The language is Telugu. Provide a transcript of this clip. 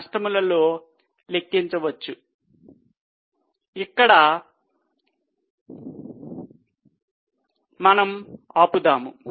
కాబట్టి మనం ఇక్కడ ఆపుదాము